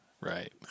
Right